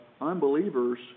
unbelievers